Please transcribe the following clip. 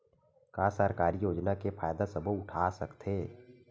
का सरकारी योजना के फ़ायदा सबो उठा सकथे?